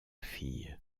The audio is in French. filles